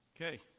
Okay